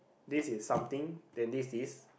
this is something then this is